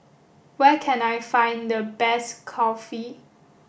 where can I find the best Kulfi